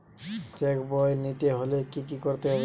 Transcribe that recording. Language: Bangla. চেক বই নিতে হলে কি করতে হবে?